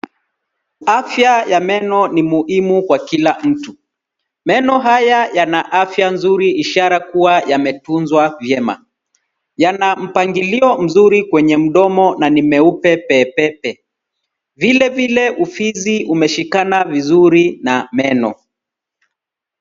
Afya ya meno ni muhimu kwa kila mtu. Meno haya yana afya nzuri ishara kuwa yametunzwa vyema. Yana mpangilio mzuri kwenye mdomo na ni meupe pepepe. Vilevile ufizi umeshikana vizuri na meno.